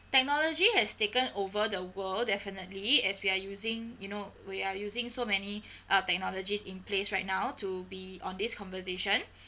technology has taken over the world definitely as we are using you know we are using so many uh technologies in place right now to be on this conversation